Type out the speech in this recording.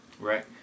right